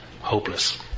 hopeless